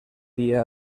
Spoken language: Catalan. dia